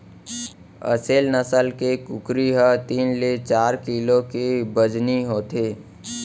असेल नसल के कुकरी ह तीन ले चार किलो के बजनी होथे